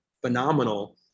phenomenal